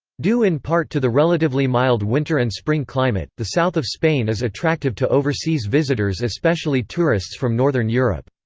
due in part to the relatively mild winter and spring climate, the south of spain is attractive to overseas visitors-especially tourists from northern europe.